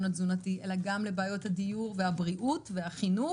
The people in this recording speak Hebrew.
התזונתי אלא גם לבעיות הדיור והבריאות והחינוך,